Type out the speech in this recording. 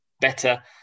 better